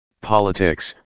politics